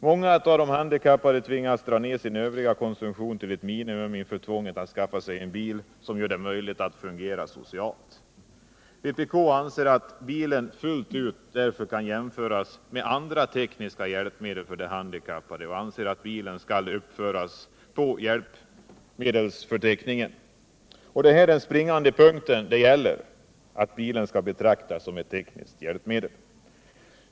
Många av de handikappade tvingas dra ned sin övriga konsumtion till ett minimum inför tvånget att skaffa sig en bil. som gör det möjligt att fungera socialt. Vpk anser att bilen fullt ut kan jämföras med andra tekniska hjälpmedel för handikappade, och vi anser att bilen skall uppföras på hjälpmedelsförteckningen. Det här är den springande punkten —- att bilen skall betraktas som ett tekniskt hjälpmedel.